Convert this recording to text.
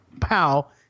pal